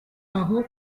aho